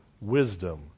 wisdom